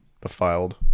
defiled